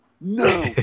no